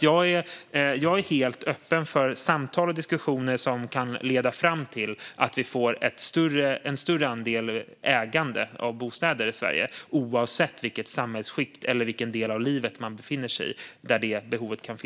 Jag är helt öppen för samtal och diskussioner som kan leda fram till att vi får en större andel ägande av bostäder i Sverige, oavsett vilket samhällsskikt eller del av livet man befinner sig i.